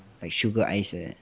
like sugar ice like that